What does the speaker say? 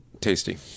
Tasty